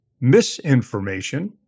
misinformation